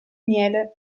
miele